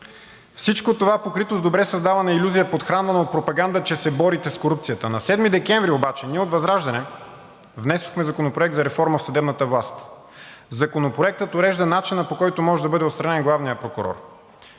Всичко това покрито с добре създавана илюзия, подхранвана от пропаганда, че се борите с корупцията. На 7 декември обаче ние от ВЪЗРАЖДАНЕ внесохме Законопроект за реформа в съдебната власт. Законопроектът урежда начина, по който може да бъде отстранен главният прокурор.